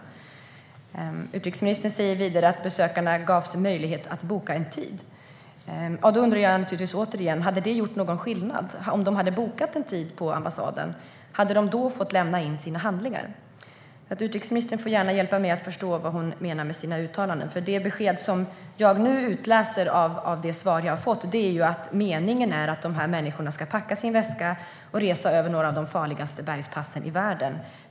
Utrikesministern säger vidare att besökarna gavs möjlighet att boka en tid. Då undrar jag än en gång om detta hade gjort någon skillnad. Hade de fått lämna in sina handlingar om de hade bokat en tid på ambassaden? Utrikesministern får gärna hjälpa mig att förstå vad hon menar med sina uttalanden. Beskedet som jag nu utläser av det svar som jag har fått är att meningen är att dessa människor ska packa sina väskor och resa över några av de farligaste bergspassen i världen.